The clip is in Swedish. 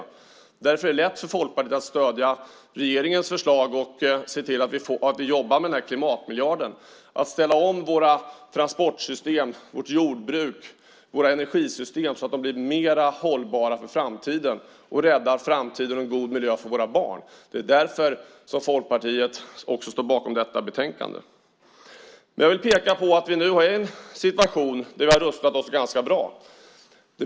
Därför är det lätt för Folkpartiet att stödja regeringens förslag och se till att vi jobbar med klimatmiljarden. Vi ska ställa om våra transportsystem, vårt jordbruk och våra energisystem så att de blir mer hållbara för framtiden. Vi räddar framtiden och ger våra barn en god miljö. Det är därför som Folkpartiet också står bakom betänkandet. Jag vill peka på att vi är i en situation där vi har rustat oss bra.